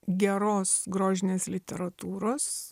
geros grožinės literatūros